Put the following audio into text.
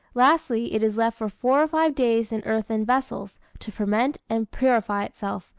lastly, it is left for four or five days in earthen vessels, to ferment and purify itself,